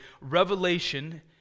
revelation